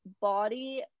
body